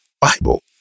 bible